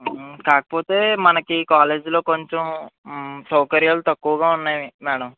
కాకపోతే మనకి కాలేజీ లో కొంచం సౌకర్యాలు తక్కువగా ఉన్నాయి మ్యాడమ్